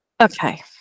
Okay